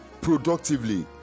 productively